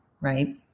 right